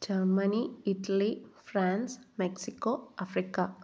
Germany Italy France Mexico Africa